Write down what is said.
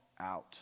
out